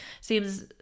seems